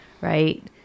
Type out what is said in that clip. right